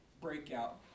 breakout